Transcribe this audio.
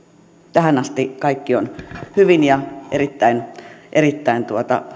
tähän asti kaikki on hyvin ja erittäin erittäin